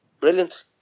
brilliant